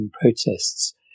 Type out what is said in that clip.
protests